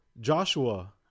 Joshua